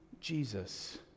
Jesus